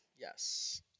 Yes